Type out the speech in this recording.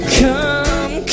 come